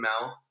mouth